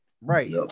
right